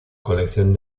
colección